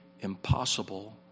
impossible